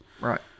right